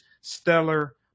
stellar